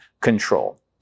control